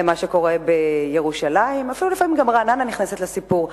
למה שקורה בירושלים ולפעמים גם רעננה אפילו נכנסת לסיפור.